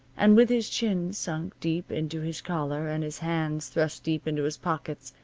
and with his chin sunk deep into his collar, and his hands thrust deep into his pockets.